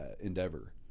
endeavor